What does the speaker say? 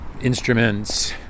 instruments